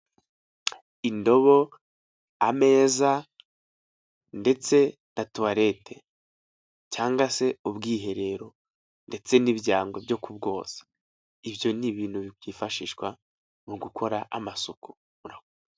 Indobo ameza ndetse tuwalete cyangwa se ubwiherero ndetse n'ibyangwe byo kubwoza. Ibyo ni ibintu byifashishwa mu gukora amasuku.